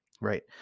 Right